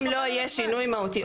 אם לא יהיה שינוי מהותי,